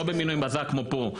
לא במינוי בזק כמו פה,